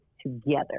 together